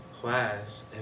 class